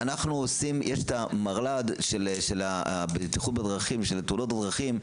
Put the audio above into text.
יש את המרל"ד של תאונות הדרכים,